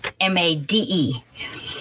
m-a-d-e